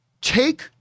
take